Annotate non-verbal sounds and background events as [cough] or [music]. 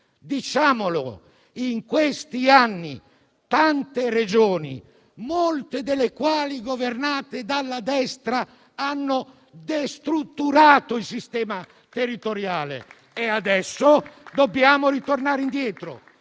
Diciamolo pure che in questi anni tante Regioni, molte delle quali governate dalla destra, hanno destrutturato il sistema territoriale. [applause] Adesso dobbiamo ritornare indietro.